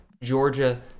Georgia